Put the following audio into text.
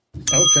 Okay